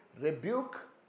Rebuke